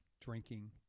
drinking